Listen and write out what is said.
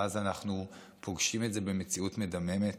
ואז אנחנו פוגשים את זה במציאות מדממת